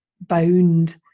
bound